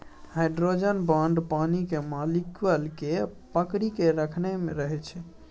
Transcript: hydrogen bond पानिक molecule केँ पकरि केँ राखने रहै छै